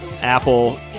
Apple